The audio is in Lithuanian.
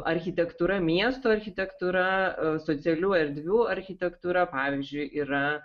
architektūra miesto architektūra socialių erdvių architektūra pavyzdžiui yra